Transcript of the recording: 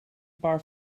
paar